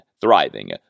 thriving